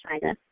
China